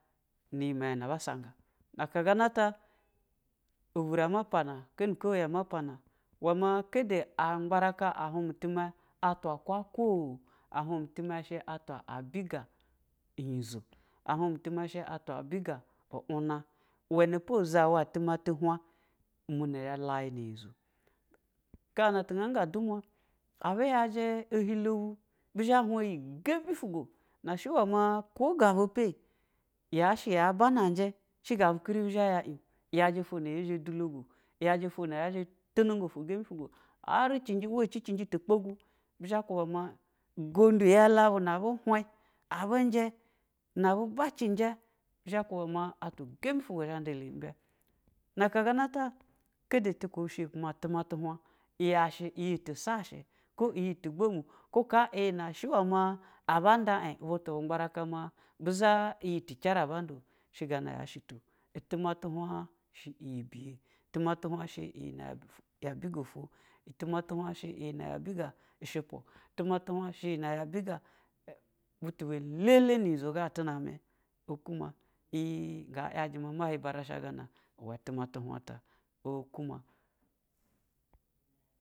Iyi mayɛ nɛ aba sanga akaga nata avarɛḿa pana keni kowuya ama pana i wɛ ḿa kaada á mbavaka ahwnnmi ɛtimɛ atwa kwa kwa o, a hwn atimɛ sha atwa abiga yizo, a hwn atima sha atwa biga un uwn. I wɛ po izawa timɛ tu nwn, i munɛ za layiyizo, sana tu nga dumwa abu nyejɛ ohilo bu, bi hwa yisabi fu suona shɛ wa ḿa ko sa bu ɛpɛ ye sha ya banajɛ shi gabu kiribuza y`a an-o yajɛ ofwo gɛmbi fuswo, haucɛnjɛ wa chi cɛnjɛ tunu kpogu buza kubɛ ma ugodu lɛlɛ bu na abu hwn nɛ abu ba chinjɛ bɛ zha kuba me atwagɛmbi fuswo zha nga aka nɛ aka sana ta kɛdɛ tu zapima timɛ tu hwan iyashɛ iyi tu sashi, ko i wa ma aba nda an, butu bu mbaraka ḿa buza iyi ti chara nda-o, shi gana yashi to timɛ tu hwn biyɛ i time tu hwn sha iyi biga two, i time ty nwn aha. Iyi na ya pisa shupu, i timɛ ish iyiina ya bisa butu lele nu yi zo ga atu mami okh ma, iy nga hajɛ ma, ma hi barashagana i wɛ itimɛ tu hwn ta okuma.